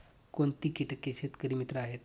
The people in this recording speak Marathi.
कोणती किटके शेतकरी मित्र आहेत?